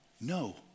no